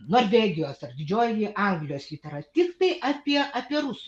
norvegijos ar didžioji anglijos litera tiktai apie apie rusų